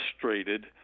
frustrated